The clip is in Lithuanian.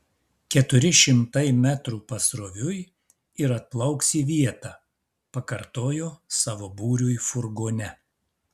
keturi šimtai metrų pasroviui ir atplauks į vietą pakartojo savo būriui furgone